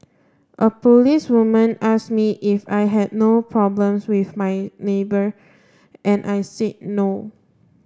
a policewoman asked me if I had no problems with my neighbour and I said no